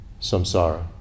samsara